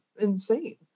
insane